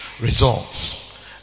results